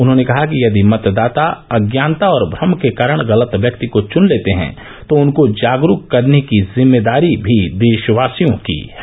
उन्होंने कहा कि यदि मतदाता अज्ञानता और भ्रम के कारण गलत व्यक्ति को चुन लेते हैं तो उनको जागरूक करने की जिम्मेदारी भी देषवासियों की है